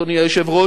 אדוני היושב-ראש,